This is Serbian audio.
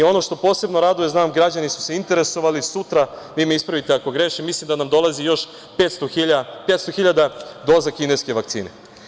Ono što posebno raduje, znam građani su se interesovali, sutra, vi me ispravite ako grešim, mislim da nam dolazi još 500.000 doza kineske vakcine.